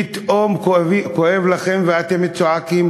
פתאום כואב לכם ואתם צועקים.